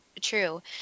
True